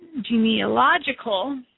genealogical